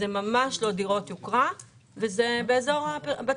זה ממש לא דירות יוקרה וזה בצפון.